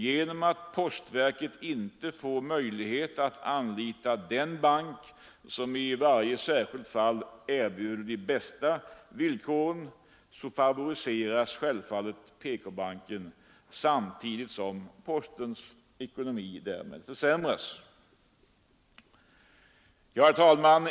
Genom att postverket inte får möjlighet att anlita den bank som i varje särskilt fall erbjuder de bästa villkoren, favoriseras självfallet PK-banken, samtidigt som postens ekonomi försämras. Herr talman!